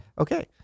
okay